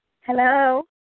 Hello